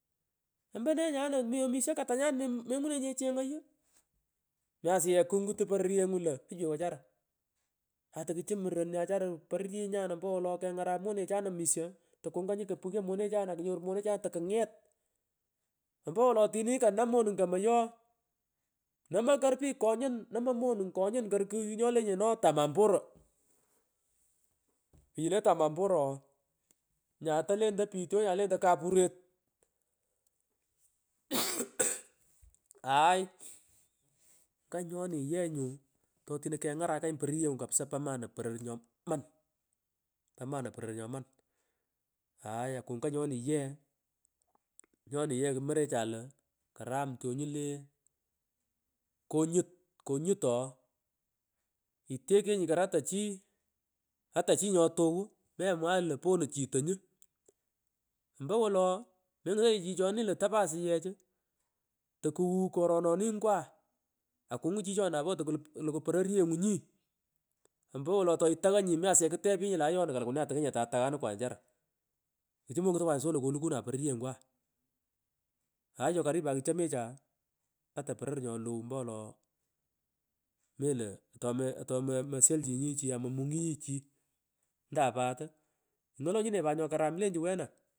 Ombone nya ana mi omisho katanyan mengunonyinye chengoyu imi asuyetch kungutu pororyenyu oiwey wechara atukuchu muron pororyenyo an ompowolo kengarach monechan omisho tangukanyu kopungyo monechan akunyoru monechan takunget, empowolo tini kanam manung komoy ooh nomoy kor pich konyun, nomoy monung kor konyun kugh nyolenyono tamanporo namseta kugh kuyu le tamamporo ooh nyata lentoy pich kapuret krai aaii nganyoni ye kumorecha io ikaram tyonyu le kenya konyut ooh itekenyi kor ata chi, ata chi nyotuwa memwagh io pono chito nyu, ompowo mengutoninye chichoni io topo asuyech tokuwuwu koroni ngwa akungun chichani napo takuluku pororyenyi ompowo atuitanyatanyi mi asuyech kutepunyi io ayona kalukune atakinya tatanganukwa nya achara kichu mongutokwa so io kolukula pororyenywa. aay nganyu pat kuchomecha ata poror nyolow ampwolo melo atomo atomosholchinyi chi amomunyi chi ntapat ingol chinonyi ngokaram ilenchi wena.